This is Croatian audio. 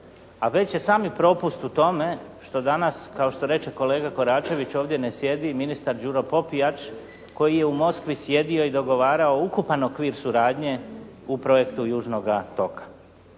A već je sami propust u tome što danas, kao što kreče kolega Koračević, ovdje ne sjedi ministar Đuro Popijač koji je u Moskvi sjedio i dogovarao ukupan okvir suradnje u projektu južnoga toka.